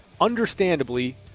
Understandably